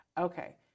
okay